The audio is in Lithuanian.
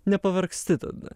nepavargsti tada